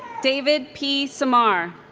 david p. samar